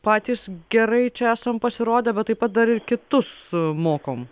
patys gerai čia esam pasirodę bet taip pat dar ir kitus mokom